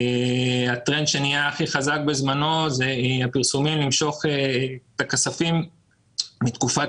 הטרנד שהיה הכי חזק בזמנו אלה הפרסומים למשוך את הכספים מתקופת